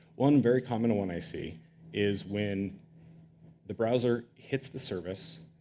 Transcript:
one very common one i see is when the browser hits the service,